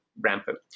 rampant